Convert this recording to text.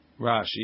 Rashi